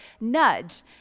Nudge